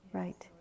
right